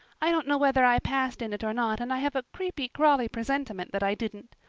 i don't know whether i passed in it or not and i have a creepy, crawly presentiment that i didn't.